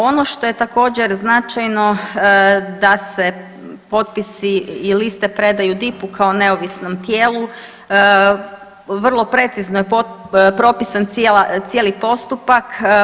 Ono što je također značajno da se potpisi i liste predaju DIP-u kao neovisnom tijelu, vrlo precizno je propisan cijeli postupak.